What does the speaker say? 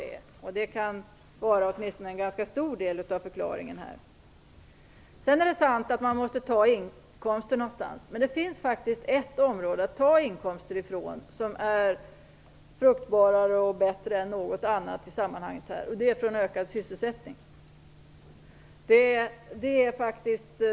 Det kan vara åtminstone en ganska stor del av förklaringen. Det är vidare sant att man måste ta inkomster från något håll, men det finns faktiskt en möjlighet att hämta inkomster ur som är bättre än någon annat i sammanhanget, och det är ur ökad sysselsättning.